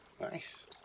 Nice